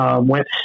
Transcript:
went